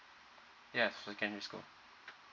yeah secondary school